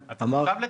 אתה חייב לתקן.